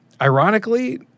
ironically